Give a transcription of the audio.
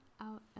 out